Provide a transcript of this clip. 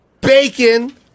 bacon